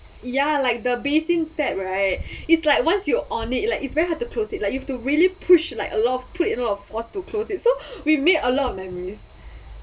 ya like the basin tab right it's like once you're on it like it's very hard to close it like you have to really push like a lot of put in a lot of force to close it so we made a lot of memories